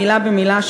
מילה במילה,